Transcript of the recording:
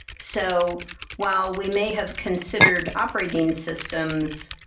so while we may have considered operating systems,